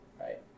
right